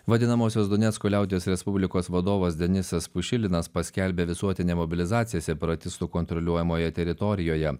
vadinamosios donecko liaudies respublikos vadovas denisas pušilinas paskelbė visuotinę mobilizaciją separatistų kontroliuojamoje teritorijoje